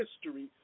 history